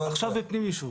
עכשיו פנים-ישוב.